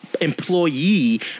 employee